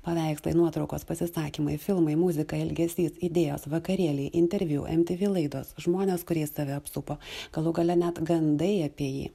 paveikslai nuotraukos pasisakymai filmai muzika elgesys idėjos vakarėliai interviu mtv laidos žmonės kuriais save apsupo galų gale net gandai apie jį